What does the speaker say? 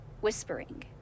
whispering